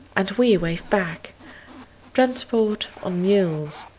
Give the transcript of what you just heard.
and we wave back transport on mules.